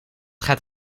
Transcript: gaat